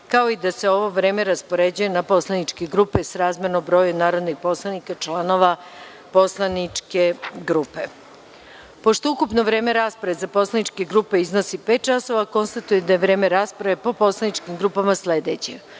kao i da se ovo vreme raspoređuje na poslaničke grupe srazmerno broju narodnih poslanika članova poslaničke grupe. Pošto ukupno vreme rasprave za poslaničke grupe iznosi pet časova, konstatujem da je vreme rasprave po poslaničkim grupama sledeće: